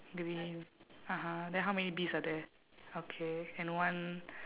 green (uh huh) then how many bees are there okay and one